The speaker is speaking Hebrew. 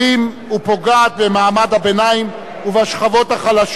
ופוגעת במעמד הביניים ובשכבות החלשות.